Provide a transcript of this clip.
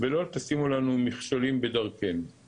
ושמוליק גם